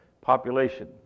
population